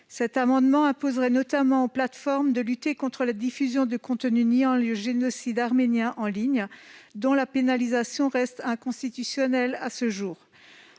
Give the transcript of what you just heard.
Cette disposition imposerait notamment aux plateformes de lutter contre la diffusion de contenus niant le génocide arménien en ligne, dont la pénalisation reste inconstitutionnelle à ce jour.